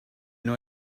know